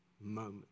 Moment